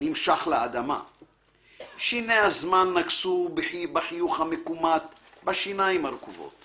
נמשך לאדמה/ שיני הזמן נגסו בחיוך המקומט בשיניים הרקובות/